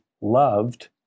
loved